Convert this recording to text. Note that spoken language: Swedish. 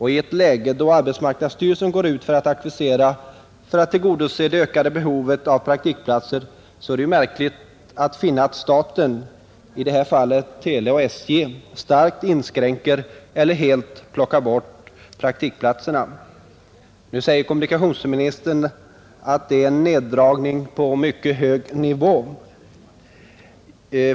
I ett läge då arbetsmarknadsstyrelsen går ut för att ackvirera för att tillgodose det ökade behovet av praktikplatser är det märkligt att finna att staten, i det här fallet televerket och SJ, starkt inskränker eller helt plockar bort praktikplatserna, Nu säger kommunikationsministern att det är en neddragning från en mycket hög nivå.